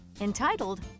entitled